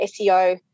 SEO